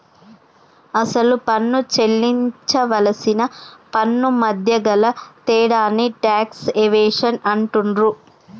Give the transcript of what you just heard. అసలు పన్ను సేల్లించవలసిన పన్నుమధ్య గల తేడాని టాక్స్ ఎవేషన్ అంటుండ్రు